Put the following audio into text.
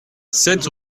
sept